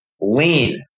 lean